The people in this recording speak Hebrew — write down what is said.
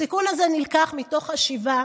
הסיכון הזה נלקח מתוך חשיבה